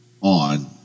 on